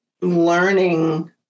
learning